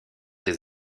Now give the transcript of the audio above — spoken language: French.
des